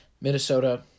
Minnesota